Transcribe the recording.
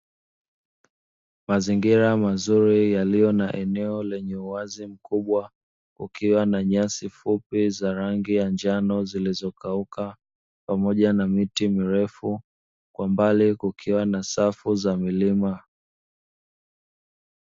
Mazingira mazuri yaliyo na eneo lenye uwazi mkubwa, ukiwa na nyasi fupi za rangi ya njano zilizokauka pamoja na miti mirefu, kwa mbali kukiwa na safu za milima.